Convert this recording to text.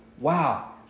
wow